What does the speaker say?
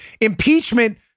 impeachment